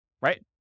right